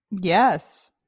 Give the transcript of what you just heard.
yes